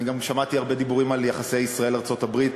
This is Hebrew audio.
אני גם שמעתי הרבה דיבורים על יחסי ישראל ארצות-הברית.